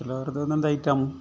ಕೆಲವರ್ದು ಒನೊಂದು ಐಟಮ್